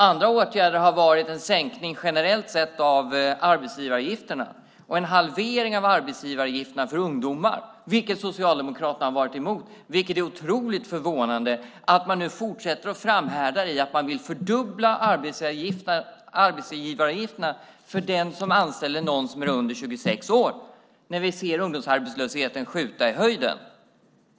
Andra åtgärder har varit en sänkning generellt sett av arbetsgivaravgifterna och en halvering av arbetsgivaravgifterna för ungdomar, vilket Socialdemokraterna har varit emot. Det är otroligt förvånande att man framhärdar i att vilja fördubbla arbetsgivaravgifterna för den som anställer någon som är under 26 år när vi ser ungdomsarbetslösheten skjuta i höjden.